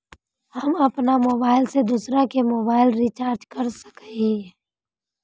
हम अपन मोबाईल से दूसरा के मोबाईल रिचार्ज कर सके हिये?